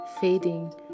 fading